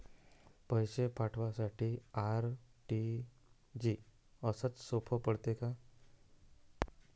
पैसे पाठवासाठी आर.टी.जी.एसचं सोप पडते का?